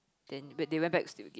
then went~ they went back to sleep again